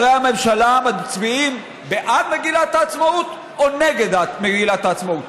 מצביעים בעד מגילת העצמאות או נגד מגילת העצמאות,